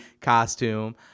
costume